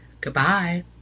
Goodbye